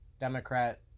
Democrat